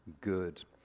good